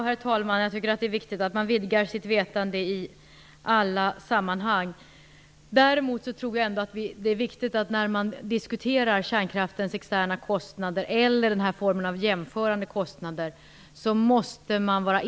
Herr talman! Det är viktigt att vidga sitt vetande i alla sammanhang. Däremot tror jag att man måste vara inställd på vad som är viktigast för oss att få fram, när man diskuterar kärnkraftens externa kostnader eller den här formen av jämförande kostnader.